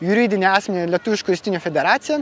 juridinį asmenį lietuviškų ristynių federacija